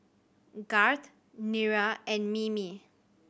Garth Nira and Mimi